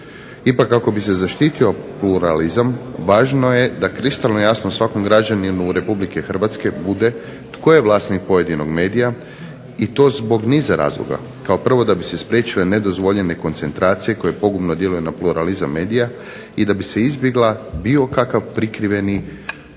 Ipak kako bi se zaštitio pluralizam važno je da kristalno jasno svakom građaninu Republike Hrvatske bude tko je vlasnik pojedinog medija i to zbog niza razloga. Kao prvo da bi se spriječile nedozvoljene koncentracije koje pogubno djeluju na pluralizam medija i da bi se izbjegao bilo kakav prikriveni